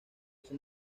este